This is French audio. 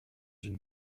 une